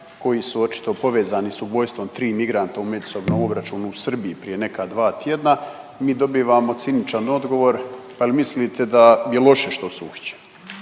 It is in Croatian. koji su očito povezani s ubojstvom 3 migranta u međusobnom obračunu u Srbiji prije neka dva tjedna, mi dobivamo ciničan odgovor. Pa jel mislite da je loše što su